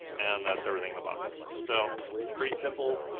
and that's everything in the box. so pretty simple,